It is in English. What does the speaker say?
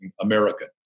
American